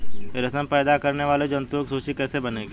रेशम पैदा करने वाले जंतुओं की सूची कैसे बनेगी?